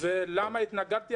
למה התנגדתי?